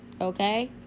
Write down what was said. Okay